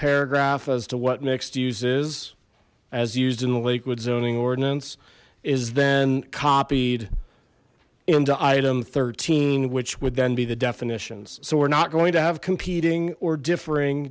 paragraph as to what next uses as used in the lakewood zoning ordinance is then copied into item thirteen which would then be the definitions so we're not going to have competing or differing